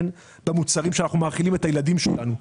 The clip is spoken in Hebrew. במוצרים שאנחנו מאכילים את הילדים שלנו.